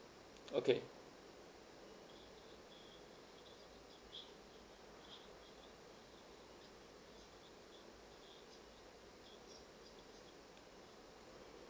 okay